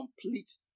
complete